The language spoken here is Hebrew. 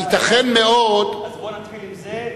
אז בוא ונתחיל בזה,